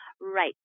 Right